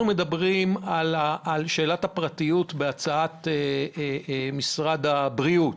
אנחנו מדברים על שאלת הפרטיות בהצעת משרד הבריאות.